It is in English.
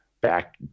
back